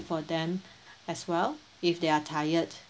for them as well if they're tired